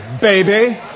baby